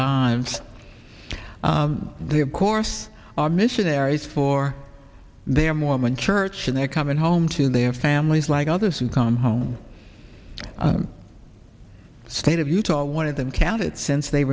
lives they of course are missionaries for their mormon church and they're coming home to their families like others who come home state of utah one of them count it since they